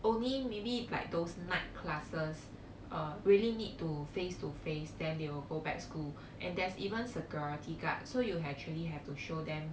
only maybe like those night classes uh really need to face to face then they will go back school and there's even security guard so you actually have to show them